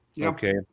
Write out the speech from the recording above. Okay